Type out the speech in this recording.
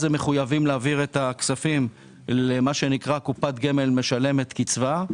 הקופה מחויבת להעביר את הכספים לקופת גמל משלמת קצבה,